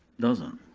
doesn't.